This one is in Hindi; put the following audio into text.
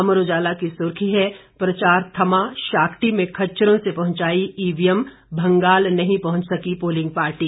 अमर उजाला की सुर्खी है प्रचार थमा शाक्टी में खच्चरों से पहुंचाई ईवीएम भंगाल नहीं पहुंच सकी पोलिंग पार्टी